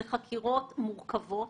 אלו חקירות מורכבות.